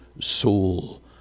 soul